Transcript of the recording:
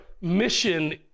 mission